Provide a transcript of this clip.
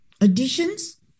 Additions